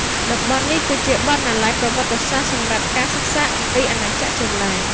តំបន់នេះគឺជាបណ្ណាល័យប្រវត្តិសាស្ត្រសម្រាប់ការសិក្សាអំពីអាណាចក្រចេនឡា។